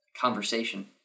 conversation